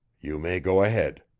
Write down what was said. you may go ahead.